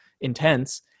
intense